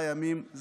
זה הספק אדיר.